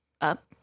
up